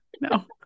no